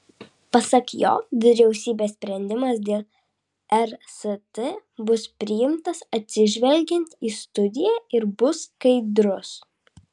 pasak jo vyriausybės sprendimas dėl rst bus priimtas atsižvelgiant į studiją ir bus skaidrus